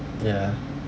ya